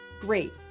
Great